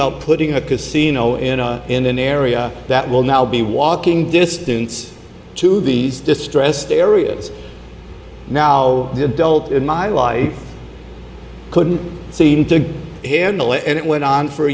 about putting a casino in in an area that will now be walking distance to the distressed areas now the adult in my life couldn't seem to handle it and it went on for